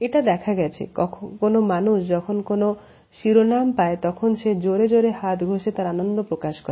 এটি দেখা গেছে কোন মানুষ যখন কোনো শিরোনাম পায়ে তখন সে জোরে জোরে হাত ঘষে তার আনন্দ প্রকাশ করে